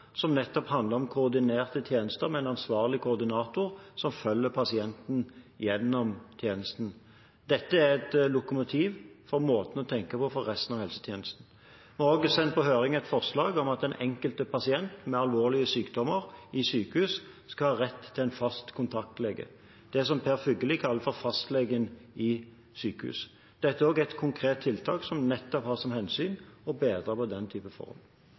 som nettopp handler om koordinerte tjenester, med en ansvarlig koordinator som følger pasienten gjennom tjenesten. Dette er et lokomotiv for måten å tenke på for resten av helsetjenesten. Vi har også sendt på høring et forslag om at den enkelte pasient med alvorlige sykdommer i sykehus skal ha rett til en fast kontaktlege, det som Per Fugelli kaller for fastlegen i sykehus. Det er også et konkret tiltak som har som formål å bedre slike forhold.